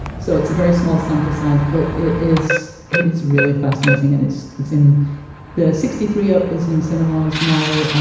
so it's a very small sample size. but it is it is really fascinating. and it's it's in the sixty-three up is in cinemas now.